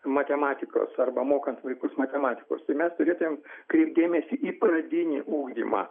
matematikos arba mokant vaikus matematikos tai mes turėtumėm kreipt dėmesį į pradinį ugdymą